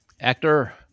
Actor